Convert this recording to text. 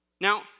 Now